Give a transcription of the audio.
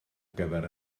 gyfer